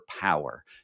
power